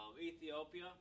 Ethiopia